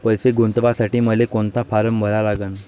पैसे गुंतवासाठी मले कोंता फारम भरा लागन?